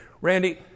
Randy